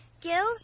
Gil